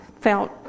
felt